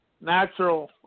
natural